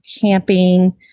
camping